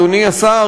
אדוני השר,